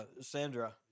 Sandra